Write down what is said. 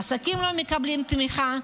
עסקים לא מקבלים תמיכה,